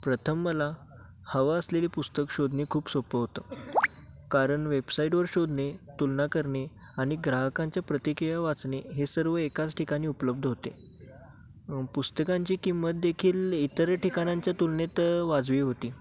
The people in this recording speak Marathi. प्रथम मला हवा असलेली पुस्तक शोधणे खूप सोप्पं होतं कारण वेबसाईटवर शोधणे तुलना करणे आणि ग्राहकांच्या प्रतिक्रिया वाचणे हे सर्व एकाच ठिकाणी उपलब्ध होते पुस्तकांची किंमतदेखील इतर ठिकाणांच्या तुलनेत वाजवी होती